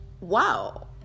wow